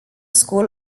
school